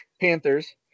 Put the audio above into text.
Panthers